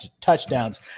touchdowns